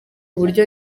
buryo